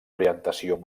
orientació